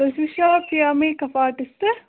تُہۍ چھِو Shafia make up آرٹِسٹہٕ